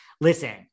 Listen